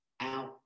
out